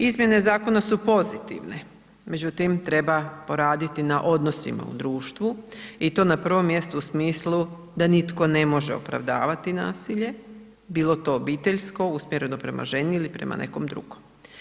Izmjena zakona su pozitivne, međutim, treba poraditi na odnosima u društvu i to na prvom mjestu u smislu da nitko ne može opravdavati nasilje, bilo to obiteljsko usmjereno prema ženi ili prema nekom drugom.